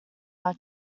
our